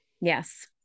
Yes